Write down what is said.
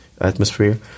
atmosphere